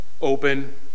open